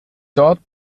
dort